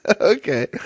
Okay